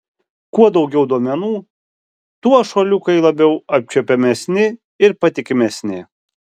kuo daugiau duomenų tuo šuoliukai labiau apčiuopiamesni ir patikimesni